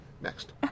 Next